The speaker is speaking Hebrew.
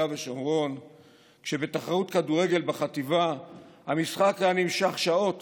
ושומרון שבתחרות כדורגל בחטיבה המשחק היה נמשך שעות